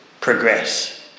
progress